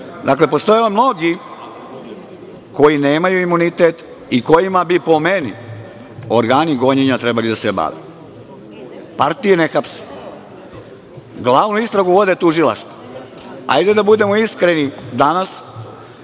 Dakle, postoje mnogi koji nemaju imunitet i kojima bi, po meni, organi gonjenja trebali da se bave. Partije ne hapse. Glavnu istragu vode tužilaštva. Hajde da budemo iskreni danas,